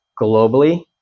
globally